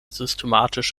systematisch